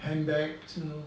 handbags you know